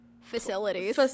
facilities